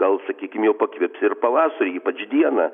gal sakykim jau pakvips ir pavasarį ypač dieną